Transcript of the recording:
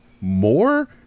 more